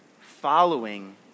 following